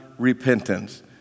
Repentance